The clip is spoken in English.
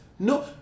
No